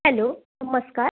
hello नमस्कार